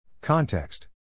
Context